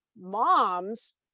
Moms